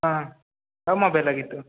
ಹಾಂ ನಮ್ಮ ಮೊಬೈಲಿಗೆ ಇತ್ತು